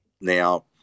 Now